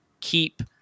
keep